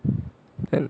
then